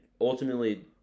ultimately